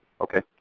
Okay